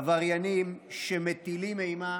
עבריינים שמטילים אימה